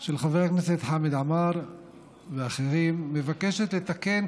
של חבר הכנסת חמד עמאר ואחרים מבקשת לתקן,